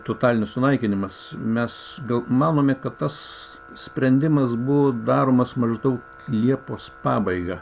totalinis sunaikinimas mes manome kad tas sprendimas buvo daromas maždaug į liepos pabaiga